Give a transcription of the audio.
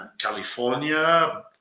California